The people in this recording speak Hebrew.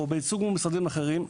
או בייצוג מול משרדים אחרים,